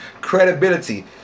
credibility